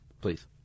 Please